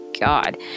god